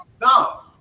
No